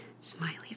Smiley